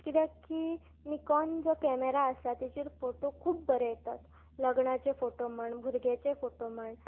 कित्याक की निकोन जो कॅमेरा आसा तेजेर फोटो खूब बरे येतात लग्नाचे फोटो म्हण भुरग्याचे फोटो म्हण